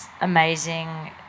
amazing